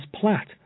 Platt